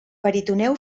peritoneu